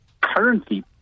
currently